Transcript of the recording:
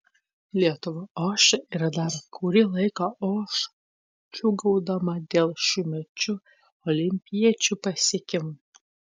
lietuva ošia ir dar kurį laiką oš džiūgaudama dėl šiųmečių olimpiečių pasiekimų